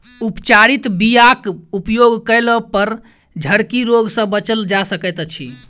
उपचारित बीयाक उपयोग कयलापर झरकी रोग सँ बचल जा सकैत अछि